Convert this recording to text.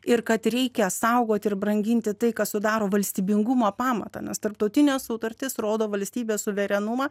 ir kad reikia saugoti ir branginti tai kas sudaro valstybingumo pamatą nes tarptautinės sutartys rodo valstybės suverenumą